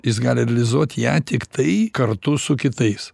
jis gali realizuot ją tiktai kartu su kitais